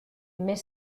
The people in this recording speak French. mais